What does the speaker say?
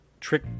trick